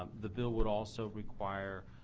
um the bill would also require